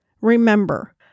Remember